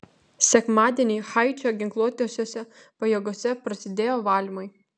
sekmadienį haičio ginkluotosiose pajėgose prasidėjo valymai